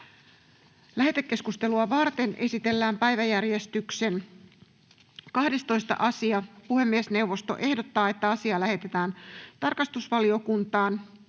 Lähetekeskustelua varten esitellään päiväjärjestyksen 5. asia. Puhemiesneuvosto ehdottaa, että asia lähetetään lakivaliokuntaan,